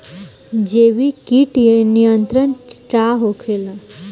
जैविक कीट नियंत्रण का होखेला?